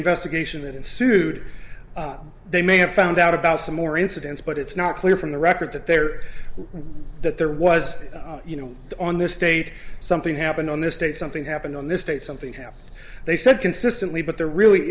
investigation that ensued they may have found out about some more incidents but it's not clear from the record that there were that there was you know on this state something happened on this date something happened on this date something have they said consistently but there really